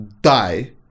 die